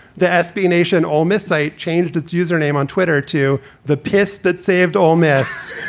the sb nation ole miss site changed its username on twitter to the pc that saved ole miss.